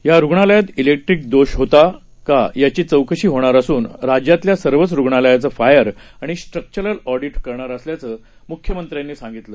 यारूग्णालयातजैक्ट्रिकदोषहोताकायाचीहीचौकशीहोणारअसूनराज्यातल्यासर्वचरुग्णालयाचंफायरआणिस्ट्रक्चरलअँडिटकर णारअसल्याचंमुख्यमंत्र्यांनीसांगितलं